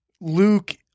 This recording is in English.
Luke